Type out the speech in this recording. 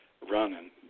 running